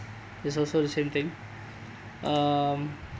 it's also the same thing um